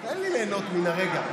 תן לי ליהנות מהרגע.